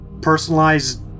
personalized